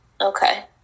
okay